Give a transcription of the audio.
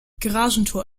garagentor